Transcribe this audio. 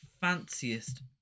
fanciest